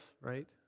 right